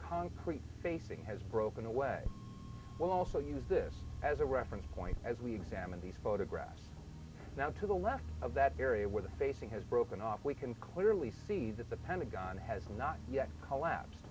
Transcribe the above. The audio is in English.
concrete facing has broken away will also use this as a reference point as we examine these photographs now to the left of that area where the facing has broken off we can clearly see that the pentagon has not yet collapse